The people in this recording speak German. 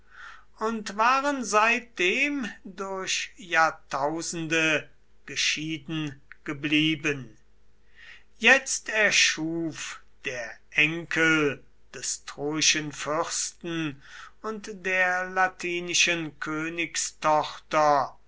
und waren seitdem durch jahrtausende geschieden geblieben jetzt erschuf der enkel des troischen fürsten und der latinischen königstochter